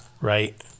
right